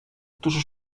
którzy